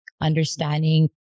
understanding